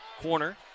corner